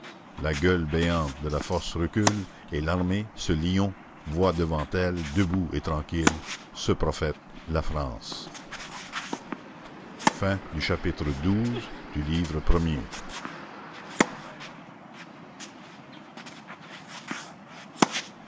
la gueule béante de la force recule et l'armée ce lion voit devant elle debout et tranquille ce prophète la france chapitre